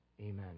Amen